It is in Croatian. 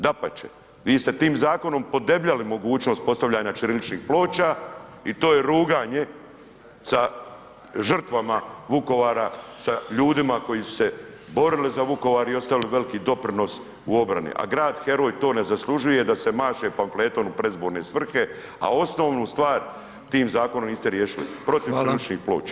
Dapače, vi ste tim zakonom podebljali mogućnost postavljanja ćiriličnih ploča i to je ruganje sa žrtvama Vukovara, sa ljudima koji su se borili za Vukovar i ostavili veliki doprinos u obrani, a grad heroj to ne zaslužuje da se maše pamfletom u predizborne svrhe, a osnovnu stvar tim zakonom niste riješili, protiv [[Upadica: Hvala]] ćiriličnih ploča.